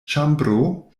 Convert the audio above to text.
ĉambro